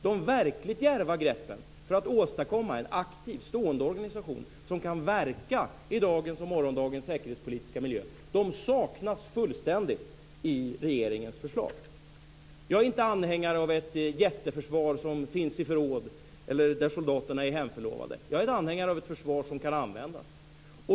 De verkligt djärva greppen för att åstadkomma en aktiv stående organisation som kan verka i dagens och morgondagens säkerhetspolitiska miljö saknas fullständigt i regeringens förslag. Jag är inte anhängare av ett jätteförsvar som finns i förråd eller där soldaterna är hemförlovade. Jag är anhängare av ett försvar som kan användas.